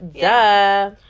Duh